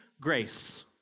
grace